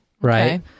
Right